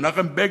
מנחם בגין,